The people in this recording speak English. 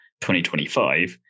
2025